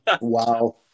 wow